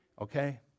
okay